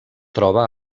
troba